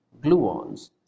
gluons